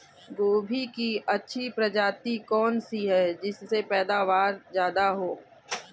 गोभी की अच्छी प्रजाति कौन सी है जिससे पैदावार ज्यादा हो?